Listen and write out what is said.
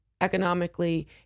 economically